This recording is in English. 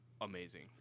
amazing